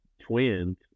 twins